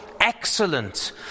excellent